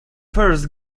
first